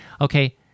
Okay